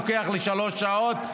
לוקח לי שלוש שעות,